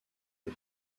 les